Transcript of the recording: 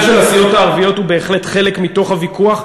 הנושא של הסיעות הערביות הוא בהחלט חלק מתוך הוויכוח,